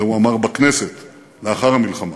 את זה הוא אמר בכנסת לאחר המלחמה.